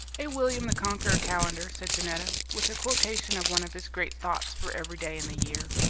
a william the conqueror calendar, said janetta, with a quotation of one of his great thoughts for every day in the year.